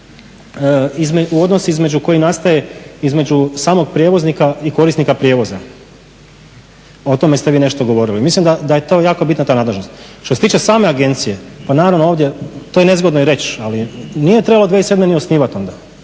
u odnos između koji nastaje između samog prijevoznika i korisnika prijevoza. O tome ste vi nešto govorili. Mislim da je to jako bitna ta nadležnost. Što se tiče same agencije, pa naravno ovdje to je nezgodno i reći, ali nije trebalo 2007. ni osnivati onda,